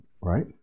right